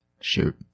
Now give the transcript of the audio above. Shoot